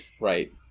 right